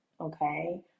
okay